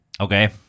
Okay